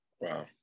Wow